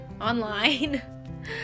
online